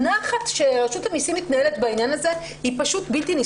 הלחץ שרשות המיסים מתנהלת בעניין הזה הוא פשוט בלתי נסבל.